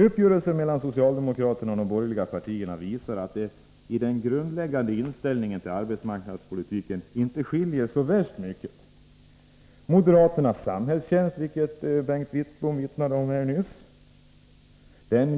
Uppgörelsen mellan socialdemokraterna och de borgerliga partierna visar att det inte skiljer så värst mycket i den grundläggande inställningen till arbetsmarknadspolitiken. Moderaternas samhällstjänst, vilken Bengt Wittbom vittnade om här nyss,